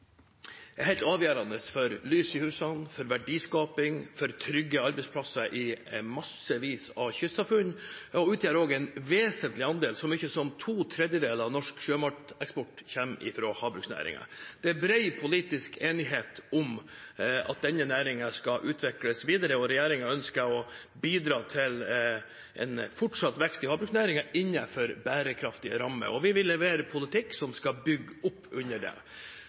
for trygge arbeidsplasser i massevis av kystsamfunn og utgjør også en vesentlig andel. Så mye som to tredjedeler av norsk sjømateksport kommer fra havbruksnæringen. Det er bred politisk enighet om at denne næringen skal utvikles videre, og regjeringen ønsker å bidra til fortsatt vekst i havbruksnæringen innenfor bærekraftige rammer. Vi vil levere politikk som skal bygge opp under det.